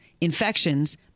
infections